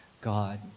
God